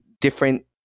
different